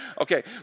okay